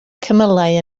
cymylau